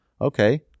okay